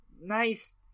nice